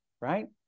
right